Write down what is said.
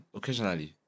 occasionally